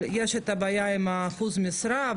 יש את הבעיה עם אחוז משרה,